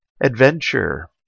adventure